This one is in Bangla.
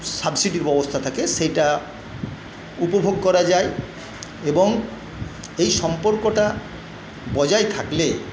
সাবসিডি ব্যবস্থা থাকে সেটা উপভোগ করা যায় এবং এই সম্পর্কটা বজায় থাকলে